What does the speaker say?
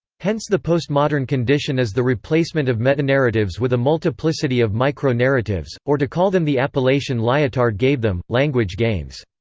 hence the postmodern condition is the replacement of metanarratives with a multiplicity of micro-narratives, or to call them the appellation lyotard gave them, language games.